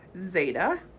Zeta